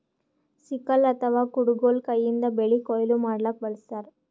sickle ಅಥವಾ ಕುಡಗೊಲ್ ಕೈಯಿಂದ್ ಬೆಳಿ ಕೊಯ್ಲಿ ಮಾಡ್ಲಕ್ಕ್ ಬಳಸ್ತಾರ್